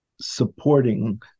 supporting